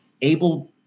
able